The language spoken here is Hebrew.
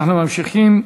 אנחנו ממשיכים: